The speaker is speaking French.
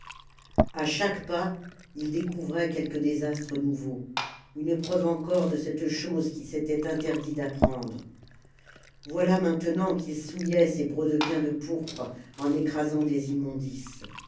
a chaque pas il découvrait quelque désastre nouveau une preuve encore de cette chose qu'il s'était interdit d'apprendre voilà maintenant qu'il souillait ses brodequins de pourpre en écrasant des immondices